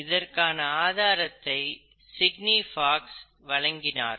இதற்கான ஆதாரத்தை Sidney Fox வழங்கினார்